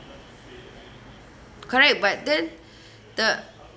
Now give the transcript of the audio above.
correct but then the